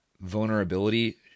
vulnerability